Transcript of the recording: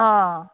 অঁ